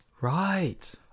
Right